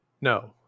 No